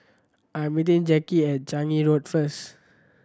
I am meeting Jacki at Changi Road first